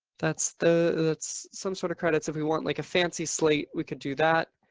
that's the, that's some sort of credits. if we want like a fancy slate, we can do that.